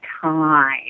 time